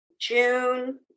june